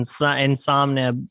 Insomnia